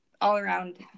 all-around